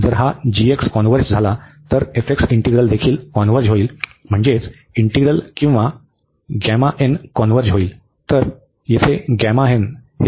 आणि मग जर हा g कॉन्व्हर्ज झाला तर f इंटीग्रल देखील कॉन्व्हर्ज होईल म्हणजेच इंटीग्रल किंवा कॉन्व्हर्ज होईल